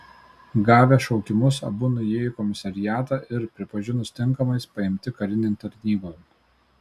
gavę šaukimus abu nuėjo į komisariatą ir pripažinus tinkamais paimti karinėn tarnybon